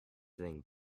thing